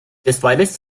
despite